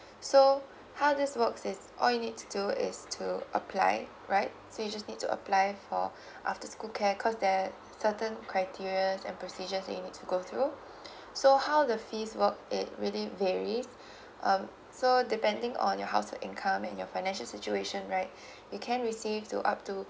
so how this works is all you need to do is to applied right so you just need to apply for after school care cause there certain criteria and procedures you need to go through so how the fees work it really varies um so depending on your house income and your financial situation right you can receive to up to